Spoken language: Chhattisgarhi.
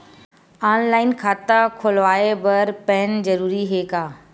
ऑनलाइन खाता खुलवाय बर पैन जरूरी हे का?